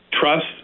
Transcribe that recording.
Trust